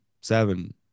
seven